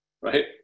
right